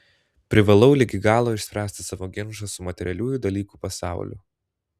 privalau ligi galo išspręsti savo ginčą su materialiųjų dalykų pasauliu